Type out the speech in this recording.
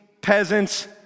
peasants